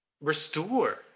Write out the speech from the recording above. restore